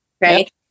right